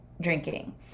drinking